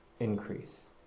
increase